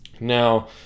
Now